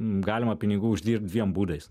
galima pinigų uždirbt dviem būdais